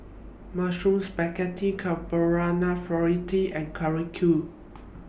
Mushroom Spaghetti Carbonara Fritada and Korokke